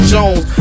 Jones